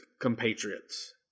compatriots